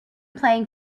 playing